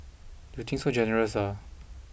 you think so generous ah